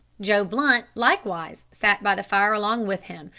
joe blunt likewise sat by the fire along with him,